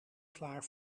klaar